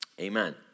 Amen